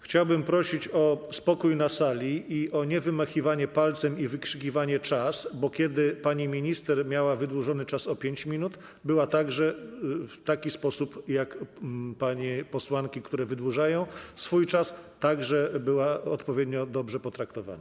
Chciałbym prosić o spokój na sali, niewymachiwanie palcem i niewykrzykiwanie „czas”, bo kiedy pani minister miała wydłużony czas o 5 minut, była także w taki sposób jak panie posłanki, które wydłużają swój czas, odpowiednio dobrze potraktowana.